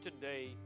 today